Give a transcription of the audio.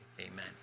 Amen